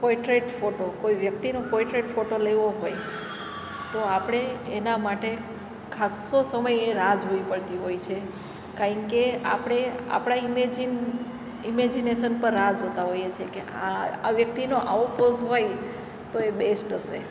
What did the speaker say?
portrait photo કોઈ વ્યક્તિનો portrait photo લેવો હોય તો આપણે એના માટે ખાસો સમયે રાહ જોવી પડતી હોય છે કારણ કે આપણે આપણા ઇમેઝીન ઇમેઝીનેશન પર રાહ જોતા હોઈએ છીએ કે આ આ વ્યક્તિનો આવો પોઝ હોય તો એ બેસ્ટ હશે